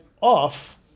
off